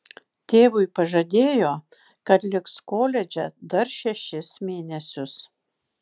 tėvui pažadėjo kad liks koledže dar šešis mėnesius